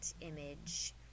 image